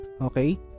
okay